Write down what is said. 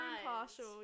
impartial